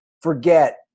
forget